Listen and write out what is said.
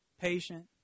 Patient